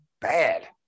bad